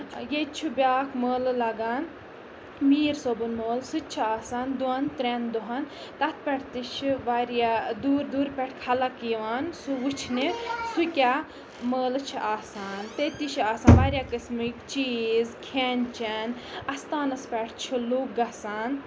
ییٚتہِ چھُ بیاکھ مٲلہٕ لَگان میٖر صٲبُن مٲلہٕ سُہ تہِ چھُ آسان دۄن ترٛٮ۪ن دۄہَن تَتھ پٮ۪ٹھ تہِ چھِ واریاہ دوٗر دوٗرِ پٮ۪ٹھ خلَق یِوان سُہ وُچھنہِ سُہ کیاہ مٲلہٕ چھِ آسان تَتہِ چھِ آسان واریاہ قٕسمٕکۍ چیٖز کھٮ۪ن چٮ۪ن اَستانَس پٮ۪ٹھ چھِ لُکھ گژھان